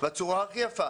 בצורה הכי יפה,